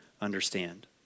understand